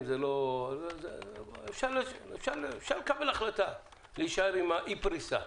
אפשר לקבל החלטה להישאר עם אי-פריסה.